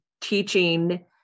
teaching